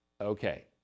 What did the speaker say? okay